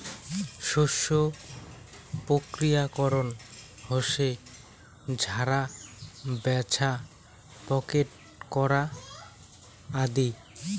শস্য প্রক্রিয়াকরণ হসে ঝাড়া, ব্যাছা, প্যাকেট করা আদি